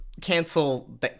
Cancel